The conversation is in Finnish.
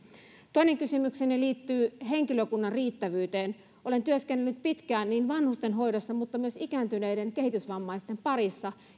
toinen kysymykseni liittyy henkilökunnan riittävyyteen olen työskennellyt pitkään vanhustenhoidossa mutta myös ikääntyneiden kehitysvammaisten parissa